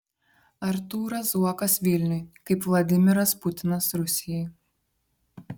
artūras zuokas vilniui kaip vladimiras putinas rusijai